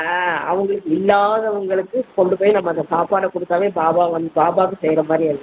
ஆ அவங்களுக்கு இல்லாதவங்களுக்கு கொண்டு போய் நம்ம அந்த சாப்பாடை கொடுத்தாவே பாபா வந்து பாபாக்கு செய்கிற மாதிரி அது